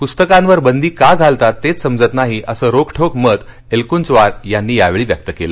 पुस्तकांवर बंदी का घालतात तेच समजत नाही असं रोखठोक मत एलकूंचवार यांनी यावेळी व्यक्त केलं